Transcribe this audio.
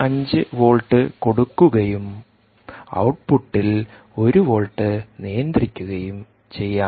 5 volt കൊടുക്കുകയും ഔട്ട്പുട്ടിൽ 1 volt നിയന്ത്രിക്കുകയും ചെയ്യാം